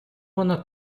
воно